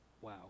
Wow